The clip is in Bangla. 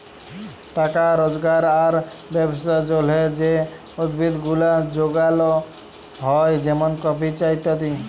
টাকা রজগার আর ব্যবসার জলহে যে উদ্ভিদ গুলা যগাল হ্যয় যেমন কফি, চা ইত্যাদি